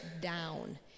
down